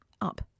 up